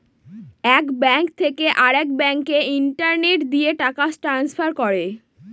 এক ব্যাঙ্ক থেকে আরেক ব্যাঙ্কে ইন্টারনেট দিয়ে টাকা ট্রান্সফার করে